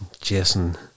Jason